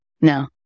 no